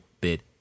bit